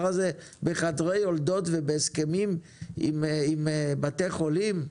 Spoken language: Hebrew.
הזה בחדרי יולדות ובהסכמים עם בתי חולים,